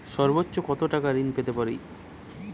সর্বোচ্চ কত টাকা ঋণ পেতে পারি?